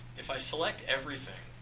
if i select everything,